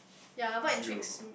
ya what intrigues m~